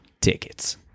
tickets